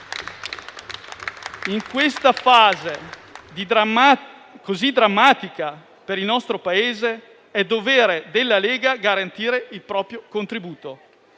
In questa fase così drammatica per il nostro Paese è dovere della Lega garantire il proprio contributo